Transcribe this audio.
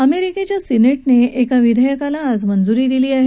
अमेरिकेच्या सिनेटने एका विधेयकाला मंजुरी दिली आहे